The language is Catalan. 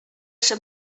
ser